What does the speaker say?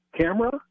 camera